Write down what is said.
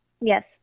Yes